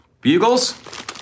Bugles